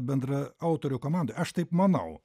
bendraautorių komandoj aš taip manau